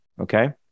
Okay